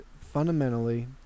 fundamentally